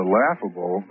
laughable